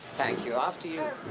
thank you. after you.